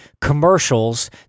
commercials